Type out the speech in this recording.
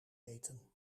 eten